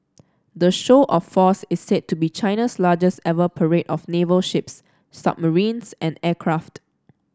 the show of force is said to be China's largest ever parade of naval ships submarines and aircraft